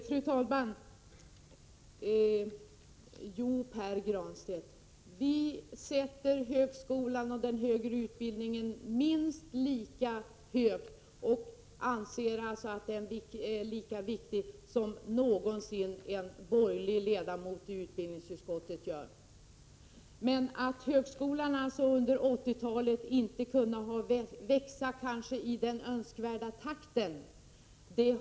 Fru talman! Pär Granstedt, vi sätter högskolan och den högre utbildningen minst lika högt. Vi anser därför att den är lika viktig som någonsin en borgerlig ledamot av utbildningsutskottet hävdar. Men det har sina randiga skäl att högskolan under 80-talet inte kunnat växa i önskvärd takt.